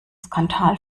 skandal